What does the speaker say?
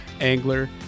angler